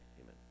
amen